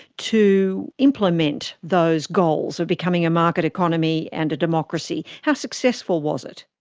to implement those goals of becoming a market economy and a democracy? how successful was it?